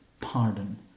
pardon